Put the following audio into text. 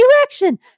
Erection